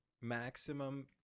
maximum